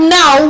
now